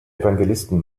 evangelisten